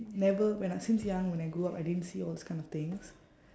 never when I since young when I grew up I didn't see all those kind of things